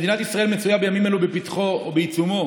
מדינת ישראל נמצאת בימים אלו בפתחו או בעיצומו